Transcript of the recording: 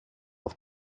auf